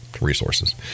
resources